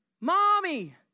mommy